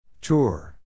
Tour